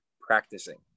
practicing